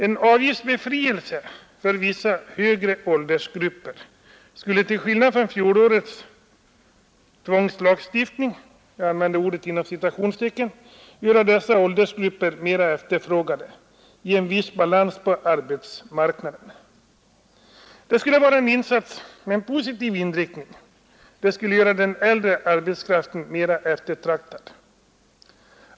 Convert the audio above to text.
En avgiftsbefrielse för vissa högre åldersgrupper skulle, till skillnad från fjolårets ”tvångslagstiftning” göra dessa åldersgrupper mer efterfrågade och ge en viss balans på arbetsmarknaden. Det skulle vara en insats med positiv inriktning och göra den äldre arbetskraften mer eftertraktad.